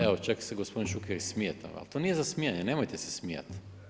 Evo čak se i gospodin Šuker smije tamo, ali to nije za smijanje nemojte se smijati.